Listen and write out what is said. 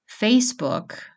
Facebook